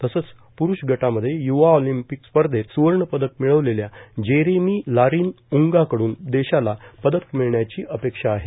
तसंच प्रुष गटामध्ये य्वा ऑलिम्पिक स्पर्धेत स्वर्ण पदक मिळवलेल्या जेरेमी लारीन उन्गाकडून देशाला पदक मिळण्याची अपेक्षा आहे